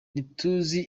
ntituzi